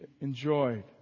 enjoyed